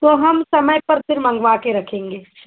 तो हम समय पर फिर मंगवा कर रखेंगे